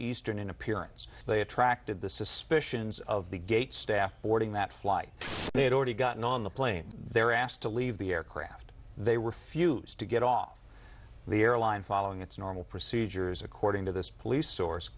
eastern appearance they attracted the suspicions of the gate staff boarding that flight they had already gotten on the plane they were asked to leave the aircraft they refused to get off the airline following its normal procedures according to this police source